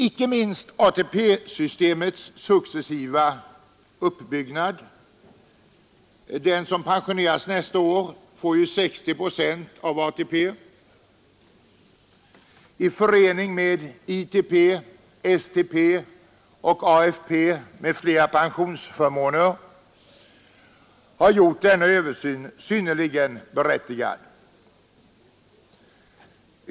Icke minst ATP-systemets successiva uppbyggnad — den som pensioneras nästa år får ju 60 procent av ATP — i förening med ITP, STP och AFP m.fl. pensionsförmåner har gjort denna översyn synnerligen berättigad.